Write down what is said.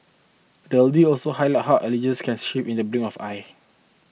the O deal also highlights how allegiances can shift in the blink of eye